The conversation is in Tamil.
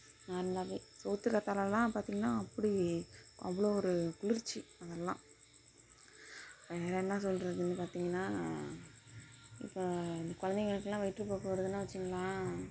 நார்மலாகவே சோத்துக்கத்தாலைலாம் பார்த்தீங்கன்னா அப்படி அவ்வளோ ஒரு குளிர்ச்சி அதெல்லாம் வேற என்ன சொல்கிறதுன்னு பார்த்தீங்கன்னா இப்போ இந்த குலந்தைங்களுக்குலாம் வயிற்றுப்போக்கு வருதுன்னால் வச்சிகோங்களேன்